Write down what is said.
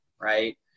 Right